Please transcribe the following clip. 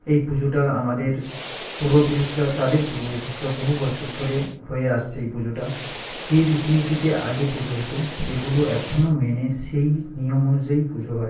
এই পুজোটা আমাদের পূর্বপুরুষরা তাদের পূর্বপুরুষরা বহু বছর ধরে হয়ে আসছে এই পুজোটা যে রীতি নীতিতে আগে পুজো হতো সেগুলো এখনো মেনে সেই নিয়ম অনুযায়ী পুজো হয়